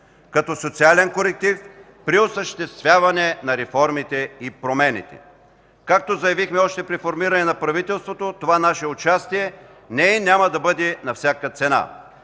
като социален коректив при осъществяване на реформите и промените. Както заявихме още при формиране на правителството, това наше участие не е и няма да бъде на всяка цена.